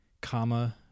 comma